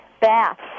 baths